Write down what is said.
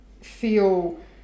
feel